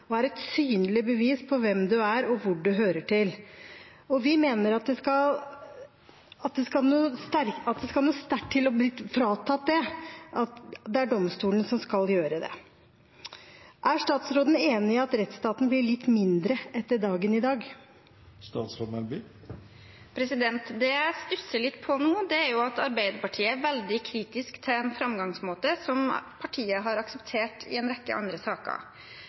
og er et synlig bevis på hvem du er og hvor du hører til. Vi mener at det skal noe sterkt til for å bli fratatt det – at det er domstolen som skal gjøre det. Er statsråden enig i at rettsstaten blir litt mindre etter dagen i dag? Det jeg stusser litt på nå, er at Arbeiderpartiet er veldig kritisk til en framgangsmåte som partiet har akseptert i en rekke andre saker.